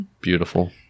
Beautiful